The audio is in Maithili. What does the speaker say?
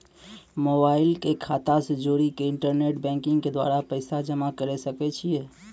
मोबाइल के खाता से जोड़ी के इंटरनेट बैंकिंग के द्वारा पैसा जमा करे सकय छियै?